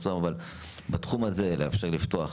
אבל בתחום הזה יש לאפשר לפתוח,